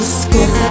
school